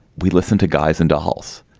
we listen to guys and dolls.